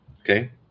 Okay